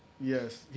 Yes